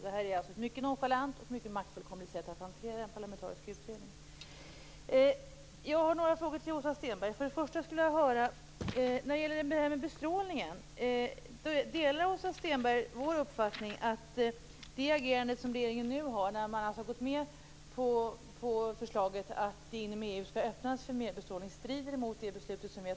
Det är ett mycket nonchalant och maktfullkomligt sätt att hantera den parlamentariska utredningen. Jag har några frågor till Åsa Stenberg. Delar Åsa Stenberg vår uppfattning att regeringens agerande strider mot beslutet som vi har fattat här i riksdagen när det gäller bestrålning? Regeringen har gått med på förslaget att man inom EU skall öppna för mer bestrålning.